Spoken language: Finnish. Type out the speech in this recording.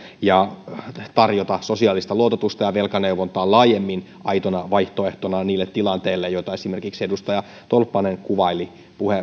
ja tarjota sosiaalista luototusta ja velkaneuvontaa laajemmin aitoina vaihtoehtoina niille tilanteille joita esimerkiksi edustaja tolppanen kuvaili